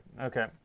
Okay